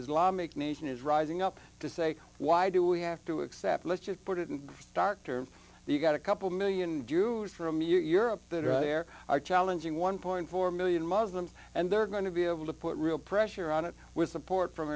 islamic nation is rising up to say why do we have to accept let's just put it in stark terms you've got a couple million jews from you're up that are there are challenging one point four million muslims and they're going to be able to put real pressure on it with support from